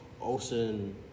Ocean